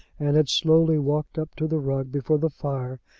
and had slowly walked up to the rug before the fire,